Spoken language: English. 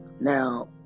Now